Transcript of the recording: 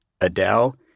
Adele